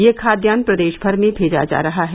यह खाद्यान प्रदेश भर में भेजा रहा है